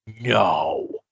no